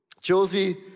Josie